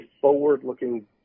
forward-looking